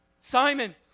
Simon